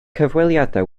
cyfweliadau